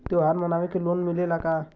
त्योहार मनावे के लोन मिलेला का?